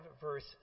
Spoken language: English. verse